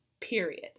period